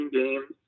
games